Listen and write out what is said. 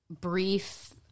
brief